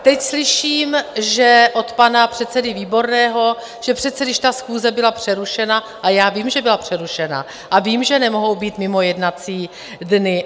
Teď slyším od pana předsedy Výborného, že přece, když ta schůze byla přerušena a já vím, že byla přerušena, a vím, že nemohou být mimo jednací dny.